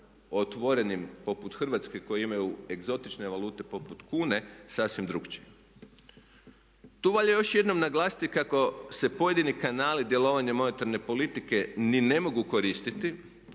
otvorenim poput Hrvatske koje imaju egzotične valute poput kune sasvim drukčije. Tu valja još jednom naglasiti kako se pojedini kanali djelovanja monetarne politike ni ne mogu koristiti,